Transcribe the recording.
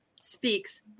speaks